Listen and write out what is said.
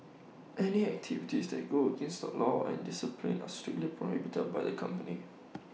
any activities that go against the law and discipline are strictly prohibited by the company